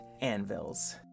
anvils